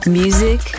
music